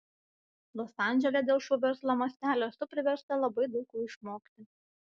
los andžele dėl šou verslo mastelio esu priversta labai daug ko išmokti